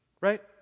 Right